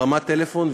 הרמת טלפון,